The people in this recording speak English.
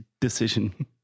decision